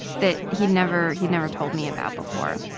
that he'd never he'd never told me about before.